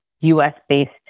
US-based